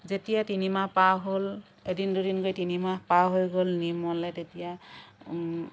যেতিয়া তিনি মাহ পাৰ হ'ল এদিন দুদিনকে তিনিমাহ পাৰ হৈ গ'ল নিৰ্মলে তেতিয়া